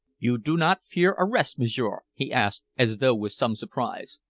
you do not fear arrest, m'sieur? he asked, as though with some surprise.